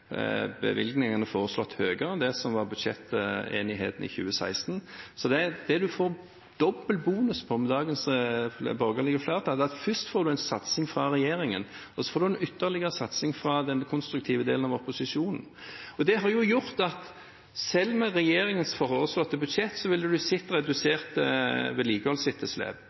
bevilgningene foreslått høyere enn det som var budsjettenigheten i 2016. Det en får dobbelt bonus på med dagens borgerlige flertall, er at først får en en satsing fra regjeringen, og så får en en ytterligere satsing fra den konstruktive delen av opposisjonen. Det har gjort at selv med regjeringens foreslåtte budsjett ville en sett reduserte vedlikeholdsetterslep. En får redusert